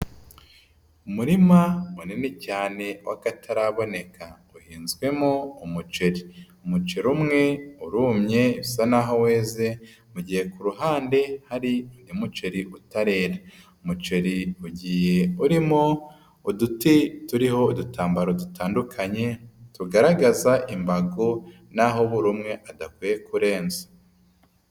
Umurima munini cyane w'akataraboneka uhinzwemo umuceri, umuceri umwe urumye usa naho weze mu gihe ku ruhande hari umuceri utarera. Umuceri ugiye urimo uduti turiho udutambaro dutandukanye tugaragaza imbago naho buri umwe adakwiye kurenza.